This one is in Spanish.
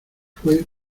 fue